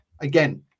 Again